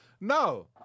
No